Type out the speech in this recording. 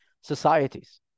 societies